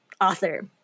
Author